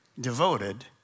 devoted